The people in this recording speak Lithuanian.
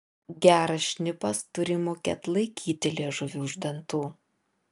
geras šnipas turi mokėt laikyti liežuvį už dantų